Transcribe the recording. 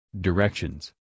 Directions